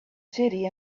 city